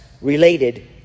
related